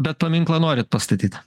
bet paminklą norit pastatyt